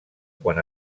quan